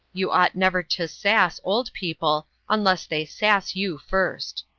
you ought never to sass old people unless they sass you first.